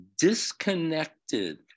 disconnected